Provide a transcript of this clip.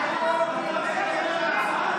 הרפורמים נגד צה"ל.